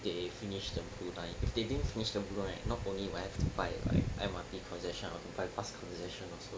they finished the blue line if they didn't finish the blue line not only will I have to buy like M_R_T concession I would have to buy bus concession also